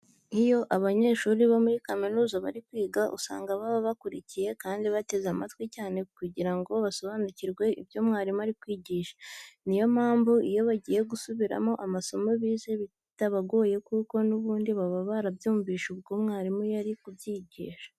Iyo abanyeshuri bo muri kaminuza bari kwiga usanga baba bakurikiye kandi bateze amatwi cyane kugira ngo basobanukirwe ibyo umwarimu ari kwigisha. Ni yo mpamvu, iyo bagiye gusubiramo amasomo bize bitabagoye kuko n'ubundi baba barayumvishe ubwo mwarimu yari ari kwigisha.